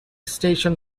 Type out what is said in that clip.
station